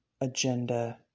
agenda